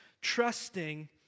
trusting